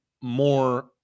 more